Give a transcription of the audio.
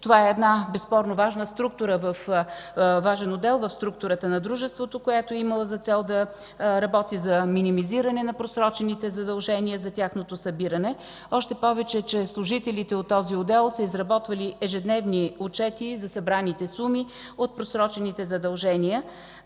и фирми. Безспорно това е важен отдел в структурата на дружеството, който е имал за цел да работи за минимизиране на просрочените задължения, за тяхното събиране. Още повече че служителите от този отдел да изработвали ежедневни отчети за събраните суми от просрочените задължения.